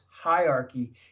hierarchy